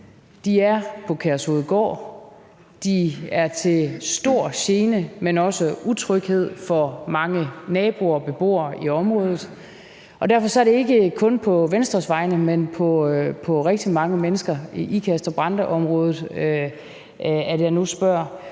de er på Kærshovedgård, og de er til stor gene, men også utryghed for mange naboer og beboere i området. Derfor er det ikke kun på Venstres vegne, men på vegne af rigtig mange mennesker i Ikast-Brande-området, at jeg nu spørger: